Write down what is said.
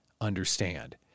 understand